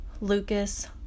Lucas